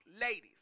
ladies